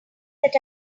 that